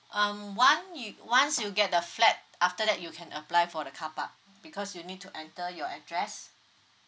um once you~ once you get the flat after that you can apply for the carpark because you need to enter your address